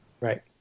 Right